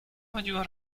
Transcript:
chodziła